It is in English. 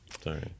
sorry